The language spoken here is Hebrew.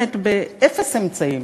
באמת באפס אמצעים,